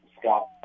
Scott